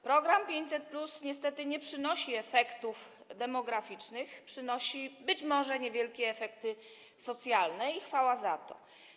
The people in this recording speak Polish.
Program 500+ niestety nie przynosi efektów demograficznych, przynosi być może niewielkie efekty socjalne, i chwała za to.